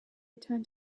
return